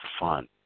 fun